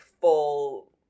full